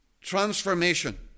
transformation